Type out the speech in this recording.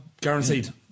guaranteed